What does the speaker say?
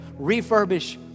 refurbish